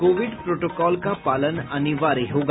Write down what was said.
Covid protocol का पालन अनिवार्य होगा